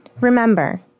Remember